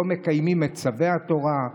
לא מקיימים צווי התורה,